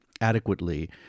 adequately